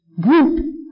group